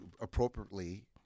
appropriately